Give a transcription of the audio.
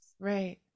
Right